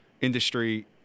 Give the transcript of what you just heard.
industry